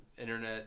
internet